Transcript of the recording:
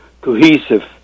cohesive